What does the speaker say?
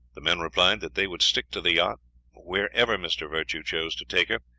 the men replied that they would stick to the yacht wherever mr. virtue chose to take her,